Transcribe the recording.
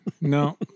No